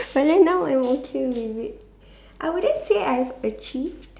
but then now I'm okay with it I wouldn't say I've achieved